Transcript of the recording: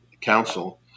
council